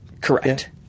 Correct